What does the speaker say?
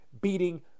beating